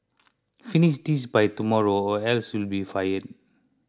finish this by tomorrow or else you'll be fired